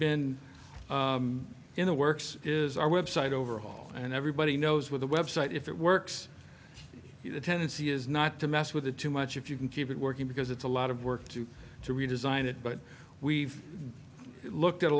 been in the works is our website overhaul and everybody knows where the website if it works the tendency is not to mess with it too much if you can keep it working because it's a lot of work to do to redesign it but we've looked at a